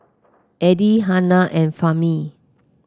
Adi Hana and Fahmi